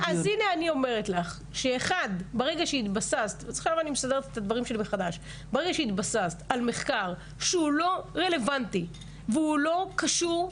אז הנה אני אומרת לך שברגע שהתבססת על מחקר שהוא לא רלוונטי ולא קשור,